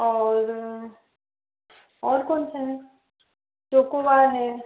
और और कौन सा है चोकोबार है